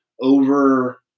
over